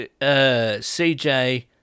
CJ